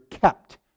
kept